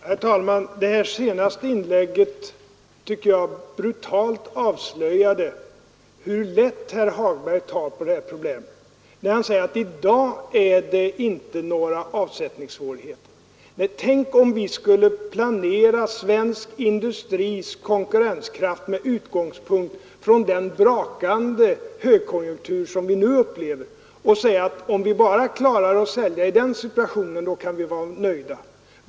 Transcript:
Herr talman! Det senaste inlägget tycker jag brutalt avslöjar hur lätt herr Hagberg tar på problemet, när han säger att det i dag inte finns några avsättningssvårigheter. Tänk, om vi skulle planera svensk industris konkurrenskraft med utgångspunkt i den brakande högkonjunktur som vi nu upplever och säga, att om vi bara klarar att sälja i den situationen, kan vi vara nöjda!